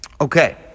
okay